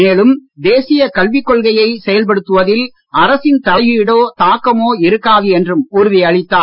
மேலும் தேசிய கல்விக் கொள்கையை செயல் படுத்துவதில் அரசின் தலையீடோ தாக்கமோ இருக்காது என்றும் உறுதியளித்தார்